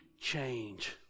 change